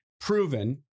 proven